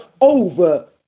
over